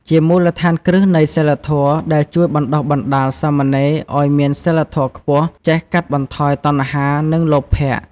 ជាមូលដ្ឋានគ្រឹះនៃសីលធម៌ ដែលជួយបណ្ដុះបណ្ដាលសាមណេរឱ្យមានសីលធម៌ខ្ពស់ ចេះកាត់បន្ថយតណ្ហា និងលោភៈ។